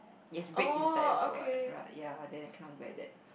it has red inside also what right~ ya then I cannot wear that